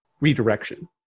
redirection